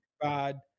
bad